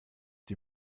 die